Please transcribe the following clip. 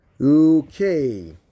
Okay